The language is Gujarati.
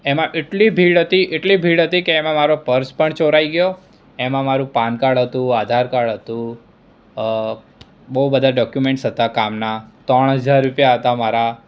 એમાં આટલી ભીડ હતી એટલી ભીડ હતી કે એમાં મારો પર્સ પણ ચોરાઈ ગયો એમાં મારું પાનકાર્ડ હતું આધાર કાર્ડ હતું બહુ બધાં ડોકયુમેન્ટ્સ હતાં કામનાં ત્રણ હજાર રૂપિયા હતાં મારા